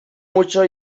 mucho